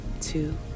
two